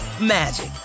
magic